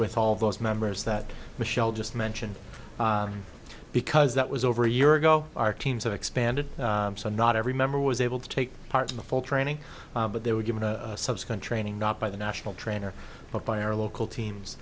with all those members that michelle just mentioned because that was over a year ago our teams have expanded so not every member was able to take part in the full training but they were given a subsequent training not by the national trainer but by our local teams